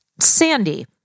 Sandy